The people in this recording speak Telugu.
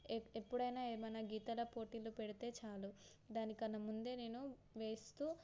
ఎ ఎప్పుడైనా ఏమైనా గీతల పోటీలు పెడితే చాలు దానికన్నా ముందే నేను వేస్తూ